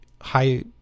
high